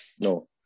No